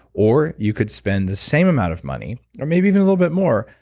or, you could spend the same amount of money, or maybe even a little bit more,